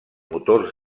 motors